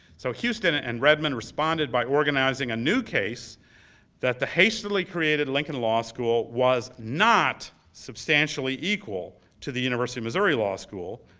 so houston and redmond responded by organizing a new case that the hastily created lincoln law school was not substantially equal to the university of missouri law school.